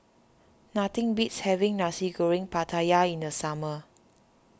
nothing beats having Nasi Goreng Pattaya in the summer